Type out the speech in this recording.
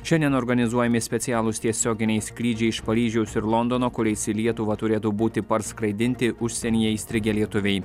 šiandien organizuojami specialūs tiesioginiai skrydžiai iš paryžiaus ir londono kuriais į lietuvą turėtų būti parskraidinti užsienyje įstrigę lietuviai